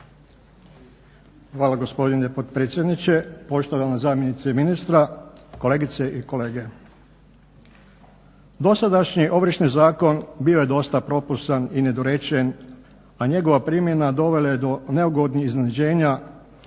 Hvala gospodine potpredsjedniče. Poštovana zamjenice ministra, kolegice i kolege. Dosadašnji Ovršni zakon bio je dosta propustan i nedorečen, a njegova primjena dovela je do neugodnih iznenađenja